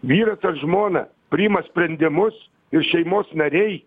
vyras ar žmona priima sprendimus ir šeimos nariai